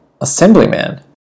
assemblyman